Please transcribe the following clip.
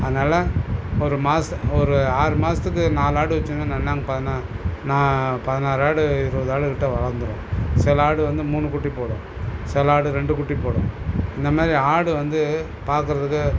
அதனால ஒரு மாத ஒரு ஆறு மாதத்துக்கு நாலு ஆடு வச்சுருந்தோம்ன்னா நன்னாங்கு பதினா நான் பதினாறு ஆடு இருபது ஆடுக்கிட்ட வளர்ந்துரும் சில ஆடு வந்து மூணு குட்டி போடும் சில ஆடு ரெண்டு குட்டி போடும் இந்த மாதிரி ஆடு வந்து பார்க்குறதுக்கு